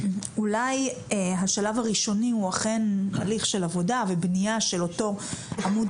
אולי השלב הראשוני הוא אכן הליך של עבודה ובנייה של אותו עמוד